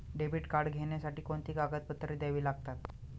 Debit card घेण्यासाठी कोणती कागदपत्रे द्यावी लागतात?